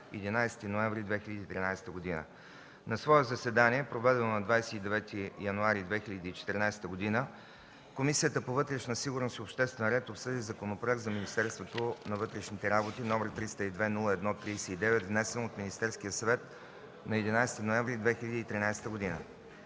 11 ноември 2013 г. На свое заседание, проведено на 29 януари 2014 г., Комисията по вътрешна сигурност и обществен ред обсъди Законопроект за Министерството на вътрешните работи, № 302-01-39, внесен от Министерския съвет на 11 ноември 2013 г.